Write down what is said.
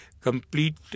complete